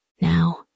Now